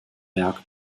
berg